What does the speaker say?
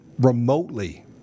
remotely